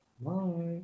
Bye